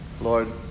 Lord